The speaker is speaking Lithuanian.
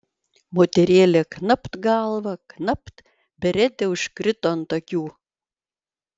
moterėlė knapt galva knapt beretė užkrito ant akių